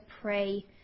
pray